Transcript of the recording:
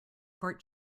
court